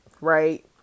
Right